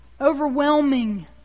Overwhelming